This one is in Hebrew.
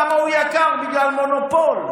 על זה שהוא יקר בגלל מונופול.